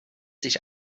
sich